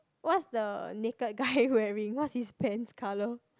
what's the naked guy wearing what's his pants colour